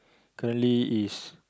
currently is